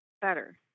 Better